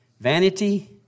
Vanity